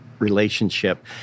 relationship